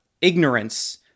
ignorance